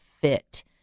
fit